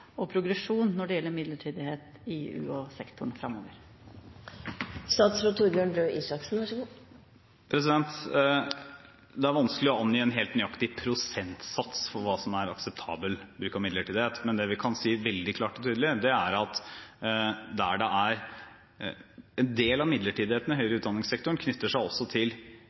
akseptabel progresjon når det gjelder midlertidighet i UH-sektoren framover. Det er vanskelig å angi en helt nøyaktig prosentsats for hva som er akseptabel bruk av midlertidighet, men det vi kan si veldig klart og tydelig, er at en del av midlertidigheten i høyereutdanningssektoren knytter seg også til